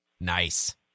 Nice